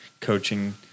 coaching